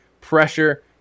pressure